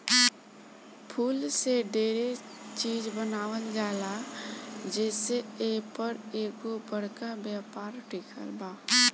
फूल से डेरे चिज बनावल जाला जे से एपर एगो बरका व्यापार टिकल बा